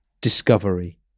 discovery